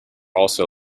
also